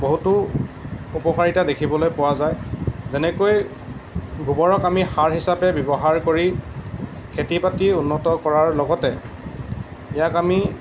বহুতো উপকাৰিতা দেখিবলৈ পোৱা যায় যেনেকৈ গোবৰক আমি সাৰ হিচাপে ব্যৱহাৰ কৰি খেতি বাতি উন্নত কৰাৰ লগতে ইয়াক আমি